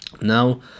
Now